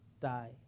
die